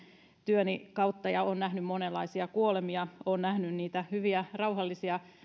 työni kautta ja olen nähnyt monenlaisia kuolemia olen nähnyt niitä hyviä rauhallisia